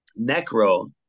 necro